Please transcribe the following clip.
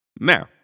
Now